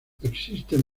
existen